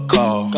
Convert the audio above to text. Call